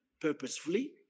purposefully